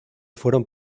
fueron